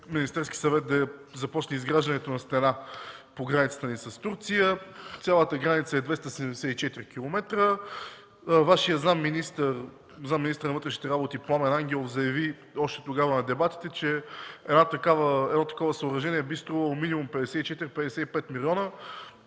Министерският съвет да започне изграждането на стена по границата ни с Турция. Цялата граница е 274 км. Вашият заместник-министър на вътрешните работи Пламен Ангелов заяви още тогава на дебатите, че такова съоръжение би струвало минимум 54-55 милиона.